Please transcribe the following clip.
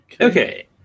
Okay